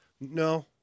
No